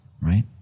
right